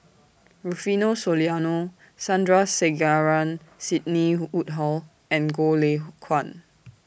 Rufino Soliano Sandrasegaran Sidney Woodhull and Goh Lay Kuan